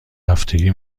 هفتگی